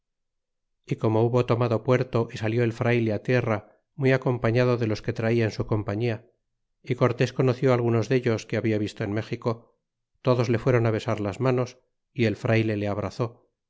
y como hubo tomado puerto y salió el frayle tierra muy acompañado de los que traia en su compañía y cortés conoció algunos dellos que habia visto en méxico todos le fueron besar las manos y el frayle le abrazó